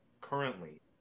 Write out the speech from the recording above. currently